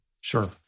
Sure